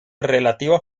relativa